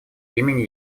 имени